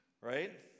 Right